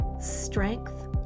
strength